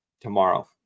tomorrow